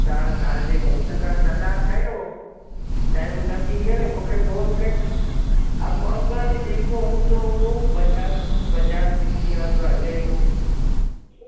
तव्हां तव्हांजे घोट खां सलाहु कयो टाईम नकी करे मूंखे फोन कयो हा पोइ अघु हाणे जेको हूंदो उहो बाज़ारि बाज़ारि में जीअं अघु हले थो